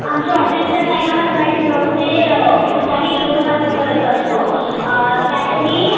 आमचं ऑफिसचं टाईम हा सकाळीच नऊ ते दुपारी दोन वाजतापर्यंत असतो त्यातही